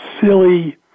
silly